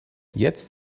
jetzt